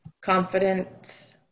confident